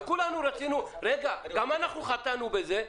וכולנו חטאנו בזה.